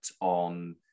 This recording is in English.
on